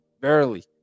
barely